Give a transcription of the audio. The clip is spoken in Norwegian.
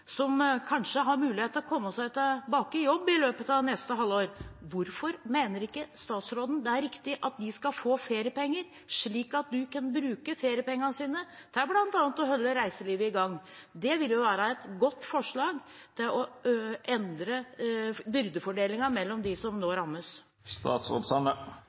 som kanskje har mulighet til å komme seg tilbake i jobb i løpet av neste halvår. Hvorfor mener ikke statsråden det er riktig at de får feriepenger, slik at de kan bruke feriepengene sine til bl.a. å holde reiselivet i gang? Det ville jo være et godt forslag for å endre byrdefordelingen mellom dem som